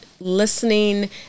listening